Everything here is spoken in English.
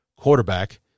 quarterback